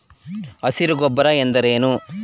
ಹಸಿರು ಗೊಬ್ಬರ ಎಂದರೇನು?